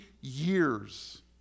years